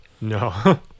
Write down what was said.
No